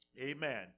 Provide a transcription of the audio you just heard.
Amen